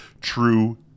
true